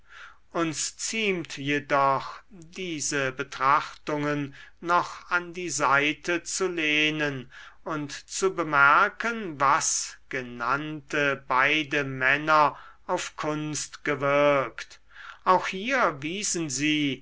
uns ziemt jedoch diese betrachtungen noch an die seite zu lehnen und zu bemerken was genannte beide männer auf kunst gewirkt auch hier wiesen sie